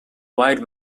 wide